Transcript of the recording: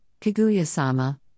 Kaguya-sama